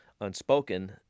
unspoken